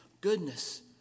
goodness